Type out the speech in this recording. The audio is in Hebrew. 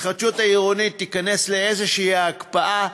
ההתחדשות העירונית תיכנס לאיזושהי הקפאה,